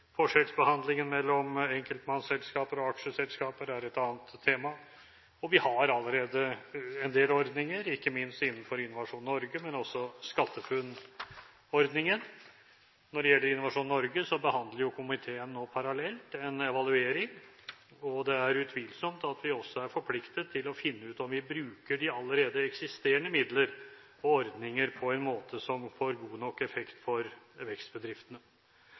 Forskjellsbehandlingen mellom enkeltmannsselskaper og aksjeselskaper er et annet tema, og vi har allerede en del ordninger, ikke minst innenfor Innovasjon Norge, men også SkatteFUNN-ordningen. Når det gjelder Innovasjon Norge, behandler komiteen nå parallelt en evaluering, og det er utvilsomt at vi også er forpliktet til å finne ut om vi bruker de allerede eksisterende midler og ordninger på en måte som får god nok effekt for vekstbedriftene.